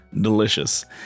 delicious